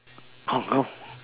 oh no